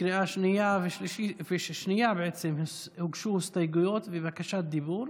בקריאה שנייה הוגשו הסתייגויות ובקשת דיבור.